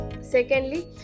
Secondly